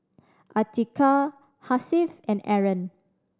Atiqah Hasif and Aaron